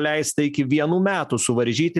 leista iki vienų metų suvaržyti